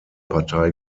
partei